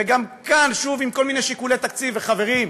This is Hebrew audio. וגם כאן, שוב, עם כל מיני שיקולי תקציב, וחברים,